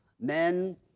men